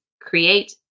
create